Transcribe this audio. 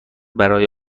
برای